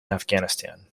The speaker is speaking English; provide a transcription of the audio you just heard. afghanistan